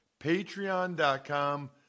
patreon.com